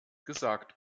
gesagt